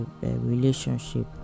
relationship